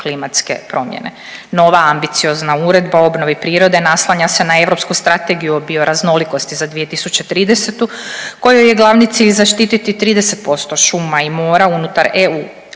klimatske promjene. Nova ambiciozna uredba o obnovi prirode naslanja se na Europsku strategiju o bioraznolikosti za 2030. kojoj je glavni cilj zaštititi 30% šuma i mora unutar EU.